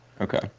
Okay